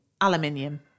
Aluminium